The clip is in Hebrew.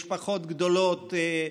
משפחות גדולות,